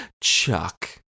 Chuck